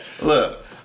Look